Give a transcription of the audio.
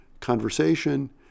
conversation